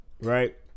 right